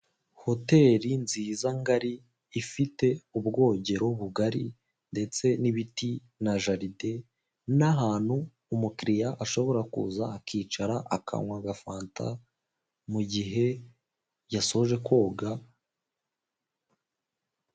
Hoteri nziza ngari ifite ubwogero bugari ndetse n'ibiti na jalide, n'ahantu umukiliriya ashobora kuza akicara akanywa ga fanta mugihe yasoje koga.